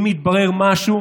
שאם יתברר שמשהו